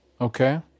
Okay